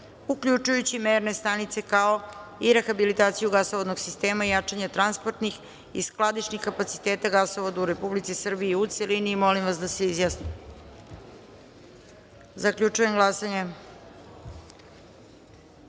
uključujući merne stanice, kao i rehabilitaciju gasovodnog sistema i jačanja transportnih i skladišnih kapaciteta gasovoda u Republici Srbiji, u celini. Molim vas da se izjasnimo. Zaključujem glasanje: